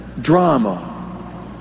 drama